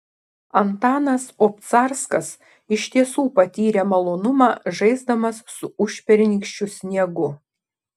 antanas obcarskas iš tiesų patyrė malonumą žaisdamas su užpernykščiu sniegu